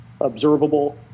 observable